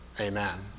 Amen